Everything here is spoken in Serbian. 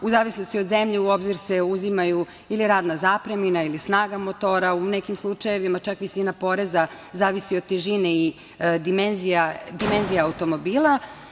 U zavisnosti od zemlje, u obzir se uzimaju ili radna zapremina ili snaga motora, u nekim slučajevima čak visina poreza zavisi od težine i dimenzija automobila.